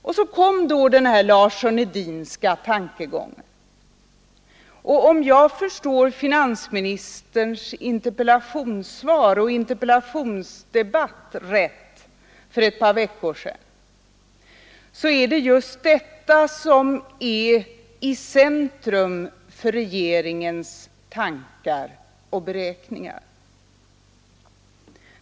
Och så kom den Larsson-Edinska tankegången, och "om jag rätt förstått finansministerns interpellationssvar och övriga inlägg i interpellationsdebatten för ett par veckor sedan är det just detta som är i centrum för regeringens tankar och beräkningar.